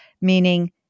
meaning